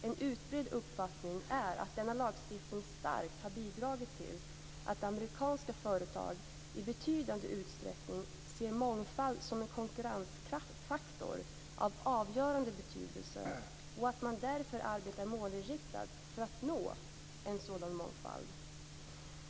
En utbredd uppfattning är att denna lagstiftning starkt har bidragit till att amerikanska företag i betydande utsträckning ser mångfald som en konkurrensfaktor av avgörande betydelse och att man därför arbetar målinriktat för att nå en sådan mångfald.